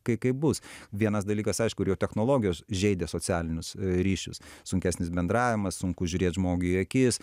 kai kaip bus vienas dalykas aišku ir jau technologijos žeidė socialinius ryšius sunkesnis bendravimas sunku žiūrėt žmogui į akis